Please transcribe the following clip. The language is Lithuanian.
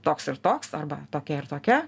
toks ir toks arba tokia ir tokia